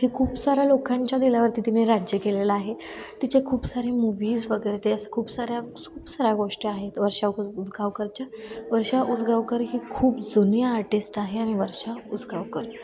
हे खूप साऱ्या लोकांच्या दिलावरती तिने राज्य केलेलं आहे तिचे खूप सारे मूवीज वगैरे ते असं खूप साऱ्या खूप साऱ्या गोष्टी आहेत वर्षा उज उसगावकरच्या वर्षा उसगावकर ही खूप जुनी आर्टिस्ट आहे आणि वर्षा उसगावकर